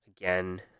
again